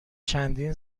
چندین